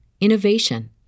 innovation